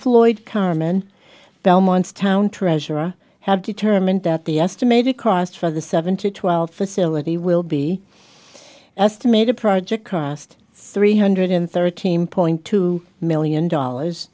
floyd carmen belmont's town treasurer have determined that the estimated cost for the seventy twelve facility will be estimated project cost three hundred and thirteen point two million dollars